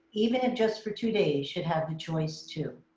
even if just for two days should have the choice to.